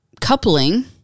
coupling